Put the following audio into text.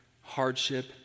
hardship